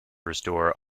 restore